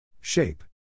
Shape